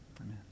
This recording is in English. Amen